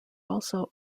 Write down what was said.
also